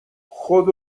خود